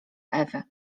ewy